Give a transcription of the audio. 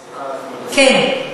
סליחה, כן.